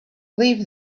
leave